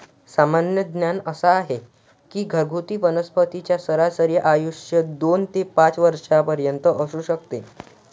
सामान्य ज्ञान असा आहे की घरगुती वनस्पतींचे सरासरी आयुष्य दोन ते पाच वर्षांपर्यंत असू शकते